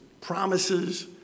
promises